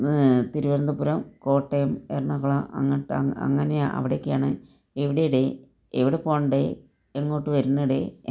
തിരുവനന്തപുരം കോട്ടയം എറണാകുളം അങ്ങട്ട അങ്ങനെ അവിടെയൊക്കെയാണ് എവിടെയെടെ എവിടെ പോണടെ എങ്ങോട്ട് വരുന്നെടെ